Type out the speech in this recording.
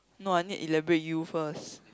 no I need elaborate you first